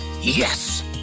yes